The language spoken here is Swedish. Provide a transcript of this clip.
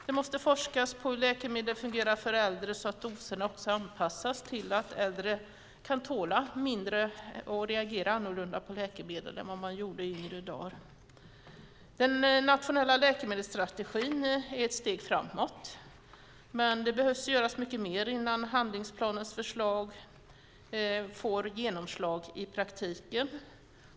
Det måste forskas om hur läkemedel fungerar för äldre så att doserna anpassas rätt, eftersom äldre kan tåla mindre och reagera annorlunda på läkemedel än när de var yngre. Den nationella läkemedelsstrategin är ett steg framåt, men mycket mer behöver göras innan handlingsplanens förslag får genomslag i praktiken.